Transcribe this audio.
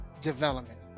Development